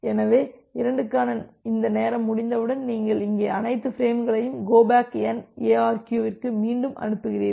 எனவே 2க்கான இந்த நேரம் முடிந்தவுடன் நீங்கள் இங்கே அனைத்து பிரேம்களையும் கோ பேக் என் எஆர்கியு விற்கு மீண்டும் அனுப்புகிறீர்கள்